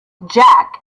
jack